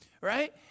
right